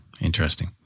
Interesting